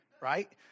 right